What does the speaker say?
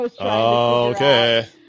okay